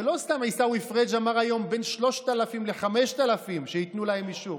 ולא סתם עיסאווי פריג' אמר היום שלבין 3,000 ל-5,000 ייתנו אישור.